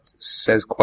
Says